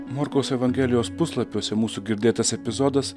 morkaus evangelijos puslapiuose mūsų girdėtas epizodas